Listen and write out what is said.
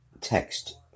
text